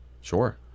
Sure